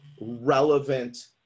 relevant